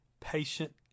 patient